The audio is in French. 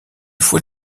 fois